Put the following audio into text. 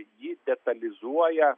ji detalizuoja